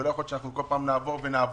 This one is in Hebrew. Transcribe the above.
ולא יכול להיות שבכל פעם אנחנו נעבור ונעבור.